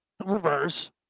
reverse